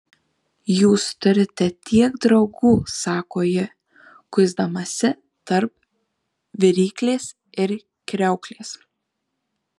jūs turite tiek draugų sako ji kuisdamasi tarp viryklės ir kriauklės